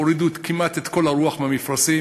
הוציאו כמעט את כל הרוח מהמפרשים.